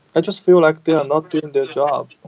i just feel like they are not doing their job.